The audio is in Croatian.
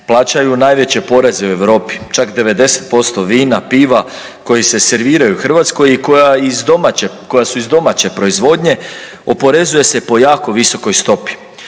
Plaćaju najveće poreze u Europi, čak 90% vina, piva koji se serviraju Hrvatskoj i koja su iz domaće proizvodnje oporezuje se po jako visokoj stopi.